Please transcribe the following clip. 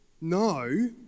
No